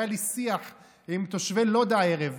היה לי שיח עם תושבי לוד הערב.